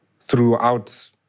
throughout